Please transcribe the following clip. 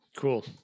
cool